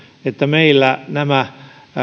että meillä nämä